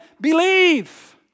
Believe